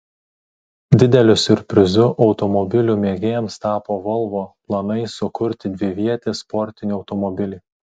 dideliu siurprizu automobilių mėgėjams tapo volvo planai sukurti dvivietį sportinį automobilį